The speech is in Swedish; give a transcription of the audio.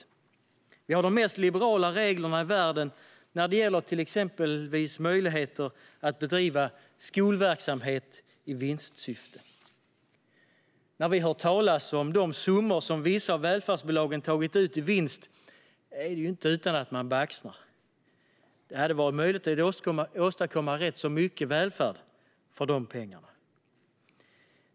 Sverige har de mest liberala reglerna i världen när det gäller exempelvis möjligheter att bedriva skolverksamhet i vinstsyfte. När man hör talas om de summor som vissa av välfärdsbolagen har tagit ut i vinst är det inte utan att man baxnar. Det hade varit möjligt att åstadkomma rätt mycket välfärd för de pengarna.